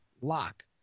lock